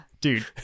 dude